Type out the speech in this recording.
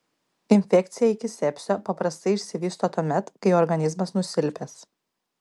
infekcija iki sepsio paprastai išsivysto tuomet kai organizmas nusilpęs